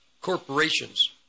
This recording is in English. corporations